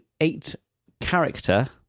eight-character